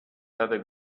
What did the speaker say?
other